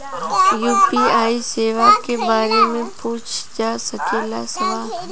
UPI सेवा के बारे में पूछ जा सकेला सवाल?